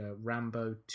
Rambo